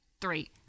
three